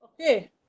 Okay